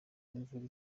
imvura